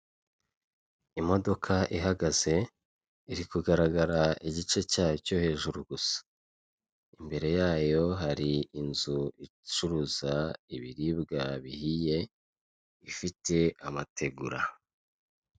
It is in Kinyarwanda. Imodoka ihagaze irikugaragara igice cyayo cyo hejuru gusa, imbere yayo hari inzu icuruza ibiribwa bihiye ifite amategura.